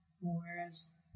Whereas